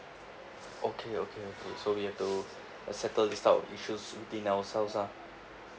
okay okay okay so we have to settle this type of issues within ourselves lah